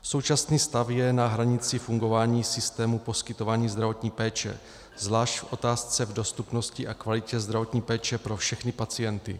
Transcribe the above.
Současný stav je na hranici fungování systému poskytování zdravotní péče zvlášť v otázce dostupnosti a kvality zdravotní péče pro všechny pacienty.